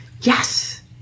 yes